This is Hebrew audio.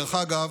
דרך אגב,